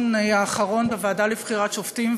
הרכב הוועדה לבחירת שופטים),